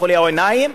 כחולי עיניים,